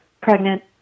Pregnant